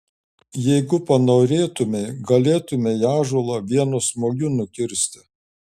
jeigu panorėtumei galėtumei ąžuolą vienu smūgiu nukirsti